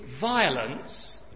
violence